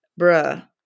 bruh